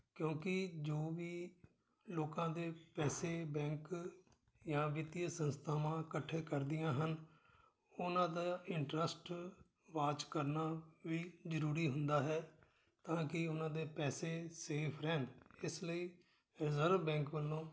ਕਿਉਂਕਿ ਜੋ ਵੀ ਲੋਕਾਂ ਦੇ ਪੈਸੇ ਬੈਂਕ ਜਾਂ ਵਿੱਤੀ ਸੰਸਥਾਵਾਂ ਇਕੱਠੇ ਕਰਦੀਆਂ ਹਨ ਉਹਨਾਂ ਦਾ ਇੰਟਰਸਟ ਵਾਚ ਕਰਨਾ ਵੀ ਜ਼ਰੂਰੀ ਹੁੰਦਾ ਹੈ ਤਾਂ ਕਿ ਉਹਨਾਂ ਦੇ ਪੈਸੇ ਸੇਫ ਰਹਿਣ ਇਸ ਲਈ ਰਿਜ਼ਰਵ ਬੈਂਕ ਵੱਲੋਂ